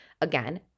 again